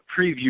preview